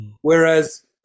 Whereas